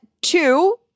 two